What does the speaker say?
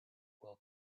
will